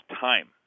time